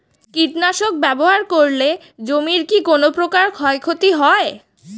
কীটনাশক ব্যাবহার করলে জমির কী কোন প্রকার ক্ষয় ক্ষতি হয়?